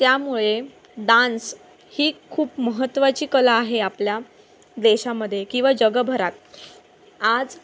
त्यामुळे डान्स ही खूप महत्त्वाची कला आहे आपल्या देशामध्ये किंवा जगभरात आज